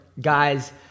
guys